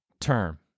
term